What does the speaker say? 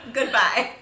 Goodbye